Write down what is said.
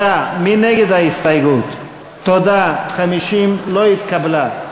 הסתייגות 47 לא התקבלה.